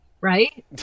right